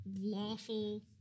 lawful